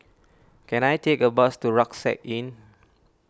can I take a bus to Rucksack Inn